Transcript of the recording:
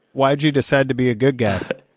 why did you decide to be a good guy?